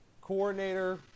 coordinator